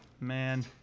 Man